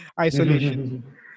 Isolation